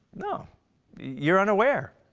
yeah you're unaware.